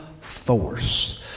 force